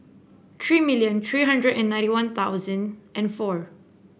three million three hundred and ninety One Thousand and four